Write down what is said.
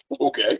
Okay